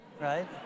right